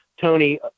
Tony